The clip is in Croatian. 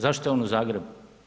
Zašto je on u Zagrebu?